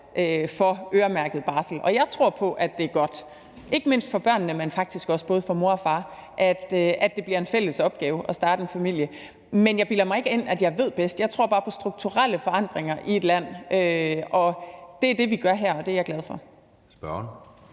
for øremærket barsel. Og jeg tror på, at det er godt – ikke mindst for børnene, men faktisk også for både mor og far – at det bliver en fælles opgave at starte en familie. Men jeg bilder mig ikke ind, at jeg ved bedst. Jeg tror bare på strukturelle forandringer i et land, og det er det, vi gør her, og det er jeg glad for.